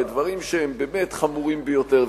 בדברים שהם באמת חמורים ביותר.